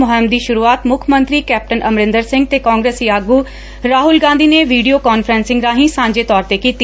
ਮੁਹਿੰਮ ਦੀ ਸ਼ਰੁਆਤ ਮੁੱਖ ਮੰਤਰੀ ਕੈਪਟਨ ਅਮਰਿੰਦਰ ਸਿੰਘ ਤੇ ਕਾਂਗਰਸੀ ਆਗੁ ਰਾਹੁਲ ਗਾਂਧੀ ਨੇ ਵੀਡੀਓ ਕਾਨਫਰੰਸਿੰਗ ਰਾਹੀਂ ਸਾਂਝੇ ਤੌਰ ਤੇ ਕੀਤੀ